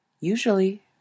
Usually